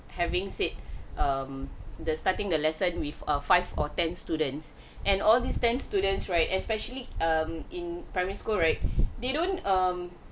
having said um the starting the lesson with a five or ten students and all this time students right especially um in primary school right they don't um